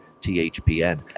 THPN